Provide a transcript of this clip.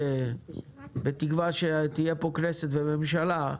בתקווה שתהיה פה כנסת וממשלה,